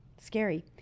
scary